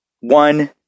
one